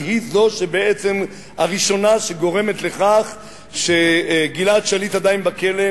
והיא בעצם הראשונה שגורמת לכך שגלעד שליט עדיין בכלא,